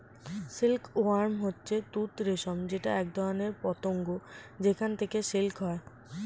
silk worm হচ্ছে তুত রেশম যেটা একধরনের পতঙ্গ যেখান থেকে সিল্ক হয়